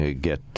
get